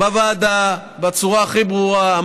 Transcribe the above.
אמרתי את זה מההתחלה בוועדה בצורה הכי ברורה.